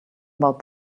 about